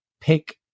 pick